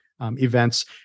events